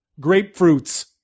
Grapefruits